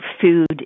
food